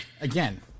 again